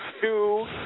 two